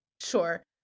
sure